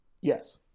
yes